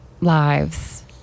lives